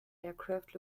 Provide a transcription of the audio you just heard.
aircraft